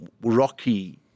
Rocky